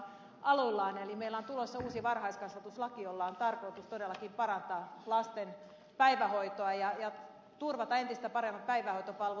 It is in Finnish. eli meillä on tulossa uusi varhaiskasvatuslaki jolla on tarkoitus todellakin parantaa lasten päivähoitoa ja turvata entistä paremmat päivähoitopalvelut